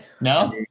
No